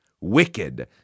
wicked